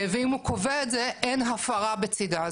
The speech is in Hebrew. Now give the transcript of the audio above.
ואם הוא קובע את זה אין הפרה בצידה.